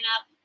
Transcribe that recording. up